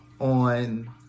on